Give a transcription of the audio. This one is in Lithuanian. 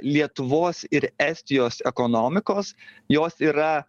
lietuvos ir estijos ekonomikos jos yra